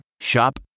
Shop